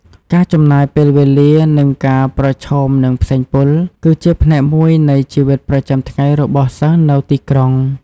ការចំណាយពេលវេលានិងការប្រឈមនឹងផ្សែងពុល គឺជាផ្នែកមួយនៃជីវិតប្រចាំថ្ងៃរបស់សិស្សនៅទីក្រុង។